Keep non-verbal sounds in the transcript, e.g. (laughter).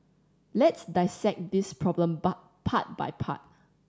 let's dissect this problem (unintelligible) part by part